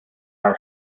are